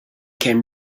came